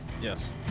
Yes